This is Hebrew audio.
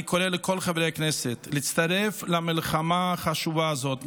אני קורא לכל חברי הכנסת להצטרף למלחמה החשובה הזאת,